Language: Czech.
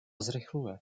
zrychluje